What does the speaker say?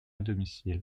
domicile